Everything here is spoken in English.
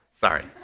Sorry